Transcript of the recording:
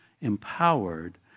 empowered